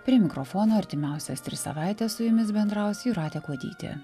prie mikrofono artimiausias tris savaites su jumis bendraus jūratė kuodytė